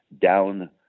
down